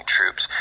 troops